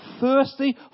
thirsty